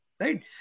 Right